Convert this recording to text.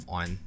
on